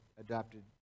adopted